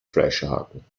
fleischerhaken